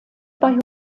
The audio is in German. bei